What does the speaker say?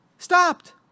Stopped